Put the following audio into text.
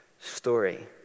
story